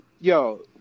yo